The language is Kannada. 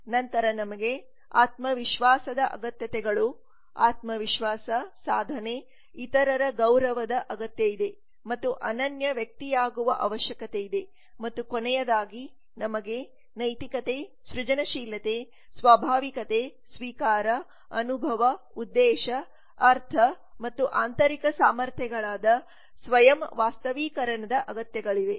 ನಂತರ ನಮಗೆ ಆತ್ಮವಿಶ್ವಾಸದ ಅಗತ್ಯತೆಗಳು ಆತ್ಮವಿಶ್ವಾಸ ಸಾಧನೆ ಇತರರ ಗೌರವದ ಅಗತ್ಯ ಇದೆ ಮತ್ತು ಅನನ್ಯ ವ್ಯಕ್ತಿಯಾಗುವ ಅವಶ್ಯಕತೆಯಿದೆ ಮತ್ತು ಕೊನೆಯದಾಗಿ ನಮಗೆ ನೈತಿಕತೆ ಸೃಜನಶೀಲತೆ ಸ್ವಾಭಾವಿಕತೆ ಸ್ವೀಕಾರ ಅನುಭವ ಉದ್ದೇಶ ಅರ್ಥ ಮತ್ತು ಆಂತರಿಕ ಸಾಮರ್ಥ್ಯಗಳಾದ ಸ್ವಯಂ ವಾಸ್ತವೀಕರಣದ ಅಗತ್ಯಗಳಿವೆ